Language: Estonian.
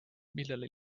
millele